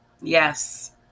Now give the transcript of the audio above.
Yes